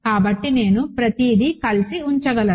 కాబట్టి నేను ప్రతిదీ కలిసి ఉంచగలను